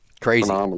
crazy